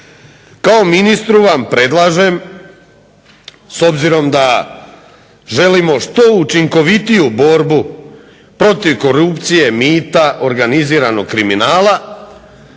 kao ministru vam predlažem s obzirom da želimo što učinkovitiju borbu protiv korupcije, mita, organiziranog kriminala,